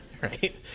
right